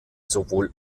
sowohl